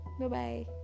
Bye-bye